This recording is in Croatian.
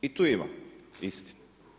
I tu ima istine.